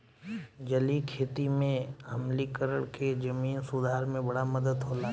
जलीय खेती में आम्लीकरण के जमीन सुधार में बड़ा मदद होला